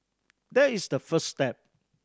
there is the first step